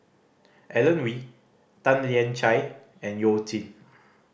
Alan Oei Tan Lian Chye and You Jin